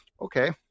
okay